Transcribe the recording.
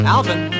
Alvin